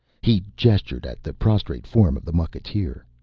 he gestured at the prostrate form of the mucketeer.